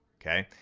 okay?